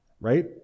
Right